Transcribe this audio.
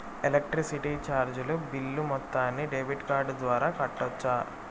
Electricity చార్జీలు bill మొత్తాన్ని debit card ద్వారా కట్టొచ్చా?